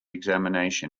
examination